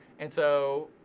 and so,